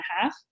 half